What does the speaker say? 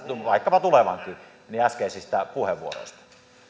vaikkapa tulevakin äskeisistä puheenvuoroista